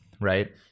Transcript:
right